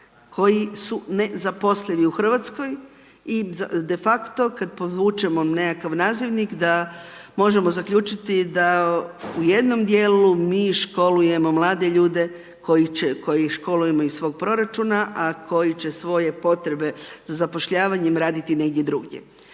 koji su nezaposleni u Hrvatskoj i de facto kada podvučemo nekakav nazivnik da možemo zaključiti da u jednom dijelu mi školujemo mlade ljude koje školujemo iz svog proračuna a koji će svoje potrebe zapošljavanjem raditi negdje drugdje.